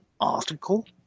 article